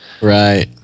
Right